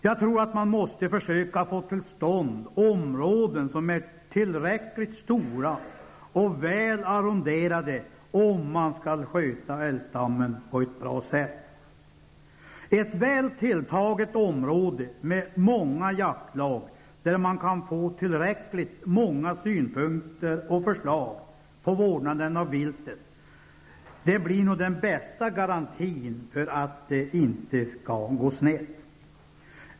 Jag tror att man måste försöka få till stånd områden som är tillräckligt stora och väl arronderade om man skall kunna sköta älgstammen på ett bra sätt. Ett väl tilltaget område med många jaktlag, där man kan få tillräckligt många synpunkter och förslag på vårdnaden av viltet, blir nog den bästa garantin för att det inte skall gå snett.